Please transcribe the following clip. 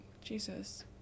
Jesus